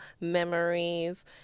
memories